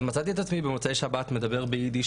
אז מצאתי את עצמי במוצאי שבת מדבר יידיש,